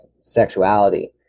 sexuality